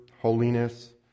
holiness